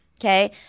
Okay